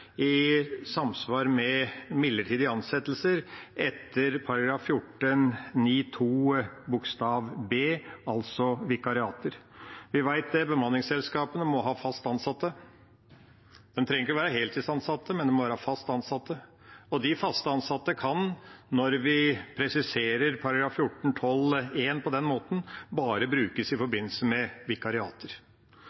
i samsvar med midlertidige ansettelser etter § 14-9 andre ledd bokstav b, altså vikariater. Vi vet at bemanningsselskapene må ha fast ansatte. De trenger ikke å være heltidsansatte, men de må være fast ansatte, og de fast ansatte kan, når vi presiserer § 14-12 første ledd på den måten, bare brukes i